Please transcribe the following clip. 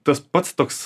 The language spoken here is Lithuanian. tas pats toks